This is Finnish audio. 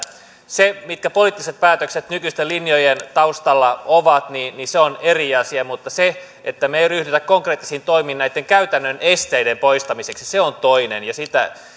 se mitkä poliittiset päätökset nykyisten linjojen taustalla ovat on eri asia mutta se että me emme ryhdy konkreettisiin toimiin näitten käytännön esteiden poistamiseksi on toinen ja